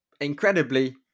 Incredibly